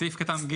סעיף קטן (ג)